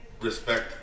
Respect